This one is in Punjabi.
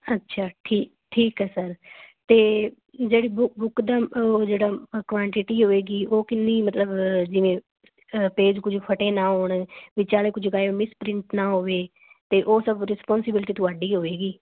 ਅੱਛਾ ਠੀਕ ਠੀਕ ਹੈ ਸਰ ਅਤੇ ਜਿਹੜੀ ਬੁੱ ਬੁੱਕ ਦਾ ਉਹ ਜਿਹੜਾ ਕੁਆਂਟਿਟੀ ਹੋਵੇਗੀ ਉਹ ਕਿੰਨੀ ਮਤਲਬ ਜਿਵੇਂ ਪੇਜ ਕੁਝ ਫਟੇ ਨਾ ਹੋਣ ਵਿਚਾਲੇ ਕੁਝ ਗਾਇਬ ਮਿਸਪ੍ਰਿੰਟ ਨਾ ਹੋਵੇ ਅਤੇ ਉਹ ਸਭ ਰਿਸਪੋਂਸੀਬਿਲਟੀ ਤੁਹਾਡੀ ਹੋਵੇਗੀ